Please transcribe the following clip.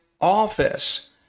office